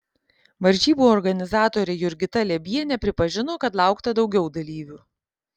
varžybų organizatorė jurgita liebienė pripažino kad laukta daugiau dalyvių